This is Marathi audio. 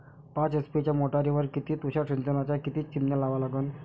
पाच एच.पी च्या मोटारीवर किती तुषार सिंचनाच्या किती चिमन्या लावा लागन?